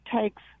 takes